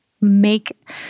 make